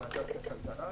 בוועדת הכלכלה,